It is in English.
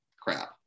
crap